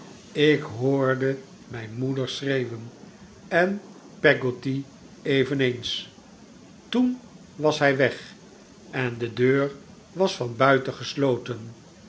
ik hoorde mijn moeder schreeuwen en peggotty eveneens toen was hij weg en de deur was van